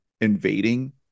invading